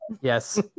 Yes